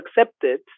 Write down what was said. accepted